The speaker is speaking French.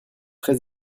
très